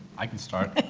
i can start.